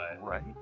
Right